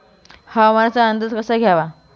हवामानाचा अंदाज कसा घ्यावा?